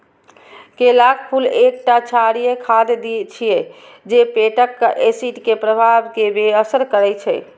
केलाक फूल एकटा क्षारीय खाद्य छियै जे पेटक एसिड के प्रवाह कें बेअसर करै छै